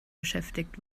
beschäftigt